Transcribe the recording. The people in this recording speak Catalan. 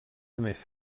més